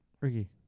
Ricky